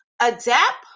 Adapt